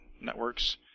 networks